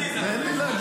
אין ההצעה להעביר